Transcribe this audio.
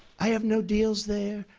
i have no deals there.